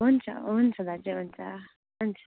हुन्छ हुन्छ हुन्छ दाजु हुन्छ हुन्छ